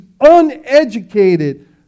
uneducated